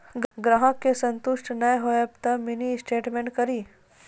ग्राहक के संतुष्ट ने होयब ते मिनि स्टेटमेन कारी?